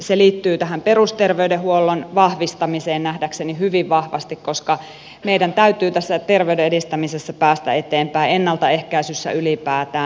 se liittyy tähän perusterveydenhuollon vahvistamiseen nähdäkseni hyvin vahvasti koska meidän täytyy tässä terveyden edistämisessä päästä eteenpäin ennaltaehkäisyssä ylipäätään